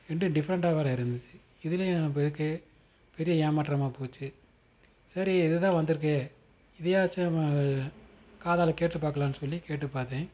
ரெண்டும் டிஃப்ரெண்ட்டாக வேற இருந்துச்சு இதுலையும் நம்மளுக்கு பெரிய ஏமாற்றமாக போச்சு சரி இதுதான் வந்திருக்கு இதையாச்சும் நம்ம காதில் கேட்டு பார்க்கலான்னு சொல்லி கேட்டுப் பார்த்தேன்